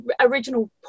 original